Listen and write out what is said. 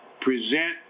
present